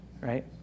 right